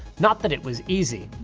not that it was easy.